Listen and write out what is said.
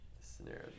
scenario